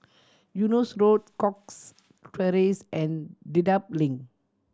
Eunos Road Cox Terrace and Dedap Link